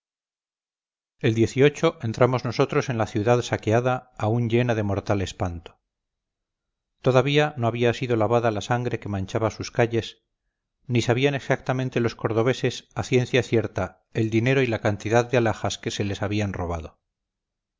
el entramos nosotros en la ciudad saqueada aún llena de mortal espanto todavía no había sido lavada la sangre que manchaba sus calles ni sabían exactamente los cordobeses a ciencia cierta el dinero y cantidad de alhajas que se les habían robado